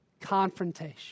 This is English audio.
Confrontation